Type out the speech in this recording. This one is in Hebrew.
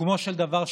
בסיכומו של דבר,